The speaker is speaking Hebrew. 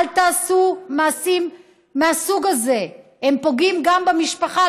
אל תעשו מעשים מהסוג הזה, הם פוגעים גם במשפחה.